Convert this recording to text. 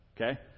okay